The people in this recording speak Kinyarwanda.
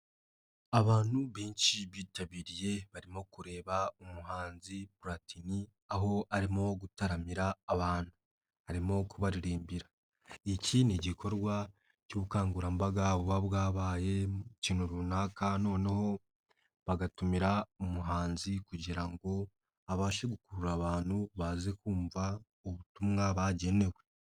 Abantu benshi bitabiriye barimo kureba umuhanzi Platini aho arimo gutaramira abantu arimo kubaririmbira, iki ni igikorwa cy'ubukangurambaga buba bwabaye mu kintu runaka noneho bagatumira umuhanzi kugira ngo abashe gukurura abantu baze kumva ubutumwa bagenewe.